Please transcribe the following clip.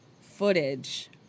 footage